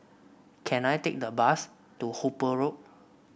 can I take a bus to Hooper Road